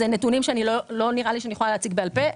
לא נראה לי שאני יכולה להציג את הנתונים האלה בעל פה,